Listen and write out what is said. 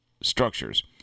structures